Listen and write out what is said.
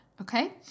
Okay